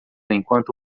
enquanto